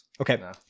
Okay